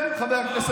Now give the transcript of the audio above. לבן אדם עוול.